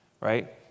right